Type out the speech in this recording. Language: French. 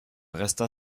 resta